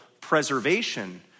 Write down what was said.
preservation